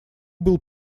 был